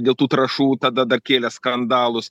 dėl tų trąšų tada dar kėlė skandalus